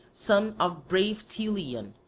son of brave teleon,